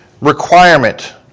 requirement